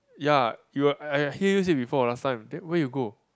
ya you I hear you say before last time that where you go